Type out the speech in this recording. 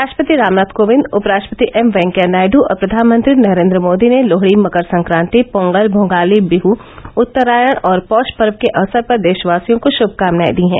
राष्ट्रपति रामनाथ कोविंद उपराष्ट्रपति एम वॅकैया नायड् और प्रधानमंत्री नरेंद्र मोदी ने लोहड़ी मकर संक्रांति पॉगल भोगाली बिह उत्तरायण और पौष पर्व के अवसर पर देशवासियों को शुभकामनाएं दी हैं